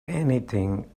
anything